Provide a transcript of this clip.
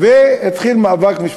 אמרו להם: המגרשים האלה לא מספיקים.